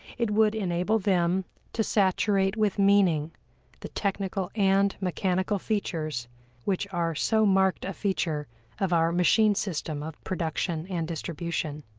it would enable them to saturate with meaning the technical and mechanical features which are so marked a feature of our machine system of production and distribution.